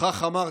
כך אמרת: